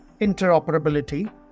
interoperability